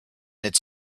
its